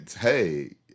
hey